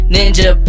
Ninja